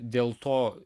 dėl to